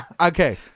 Okay